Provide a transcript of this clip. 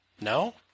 No